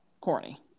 corny